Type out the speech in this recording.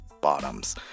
bottoms